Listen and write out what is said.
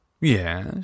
Yes